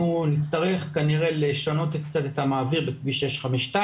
נצטרך כנראה לשנות קצת את המעביר בכביש 652,